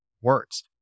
words